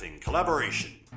collaboration